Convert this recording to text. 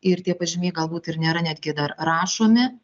ir tie pažymiai galbūt ir nėra netgi dar rašomi